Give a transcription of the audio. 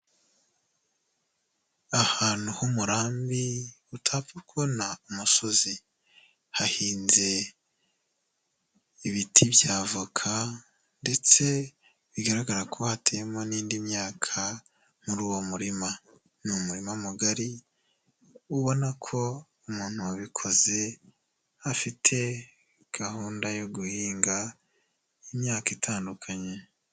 Ahantu h'umurambi utapfa kubona umusozi, hahinze ibiti bya avoka ndetse bigaragara ko hateyemo n'indi myaka muri uwo murima, ni umurima mugari ubona ko umuntu wabikoze afite gahunda yo guhinga imyaka itandukanye.